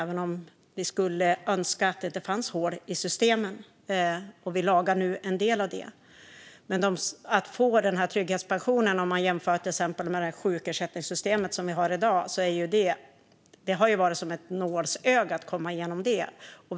Även om vi önskar att det inte fanns hål i systemen och nu lagar en del av dem kan vi jämföra trygghetspensionen med sjukersättningssystemet som vi har i dag. Det har ju varit som ett nålsöga att komma igenom.